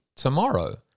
Tomorrow